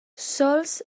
sols